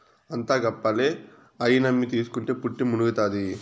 అంతా గప్పాలే, అయ్యి నమ్మి తీస్కుంటే పుట్టి మునుగుతాది